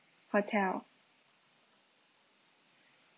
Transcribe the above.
hotel